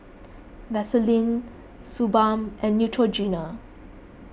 Vaselin Suu Balm and Neutrogena